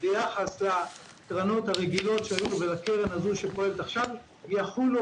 ביחס לקרנות הרגילות והקרן הזאת שפועלת עכשיו יחולו